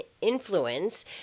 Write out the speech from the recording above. influence